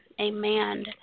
amen